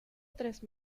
tres